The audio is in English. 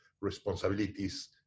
responsibilities